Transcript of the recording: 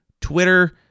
Twitter